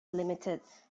limited